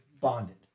bonded